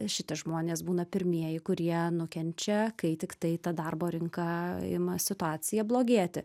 šitie žmonės būna pirmieji kurie nukenčia kai tiktai ta darbo rinka ima situacija blogėti